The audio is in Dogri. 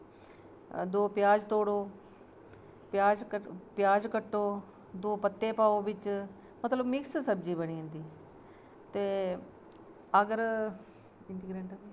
दो प्याज तोड़ो प्याज कट्टो दो पत्ते पाओ बिच्च मतलव मिक्स सब्जी बनी जंदी ते अगर